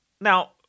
now